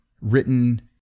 written